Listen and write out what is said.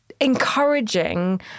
encouraging